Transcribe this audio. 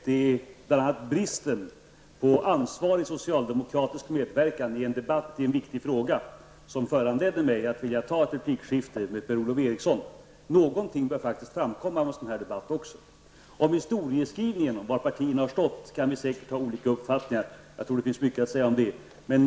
Herr talman! Per-Ola Eriksson uppfattade mig helt riktigt. Det är bl.a. bristen på ansvar och socialdemokratisk medverkan i en debatt i en viktig fråga som föranledde mig att vilja ha ett replikskifte med Per-Ola Eriksson. Något bör faktiskt framkomma av en sådan här debatt. Vi kan säkert ha olika uppfattningar när det gäller historieskrivningen om var parterna har stått. Jag tror att det finns mycket att säga om det.